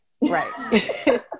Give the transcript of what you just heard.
right